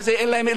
אין להם אלוהים.